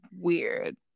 weird